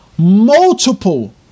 Multiple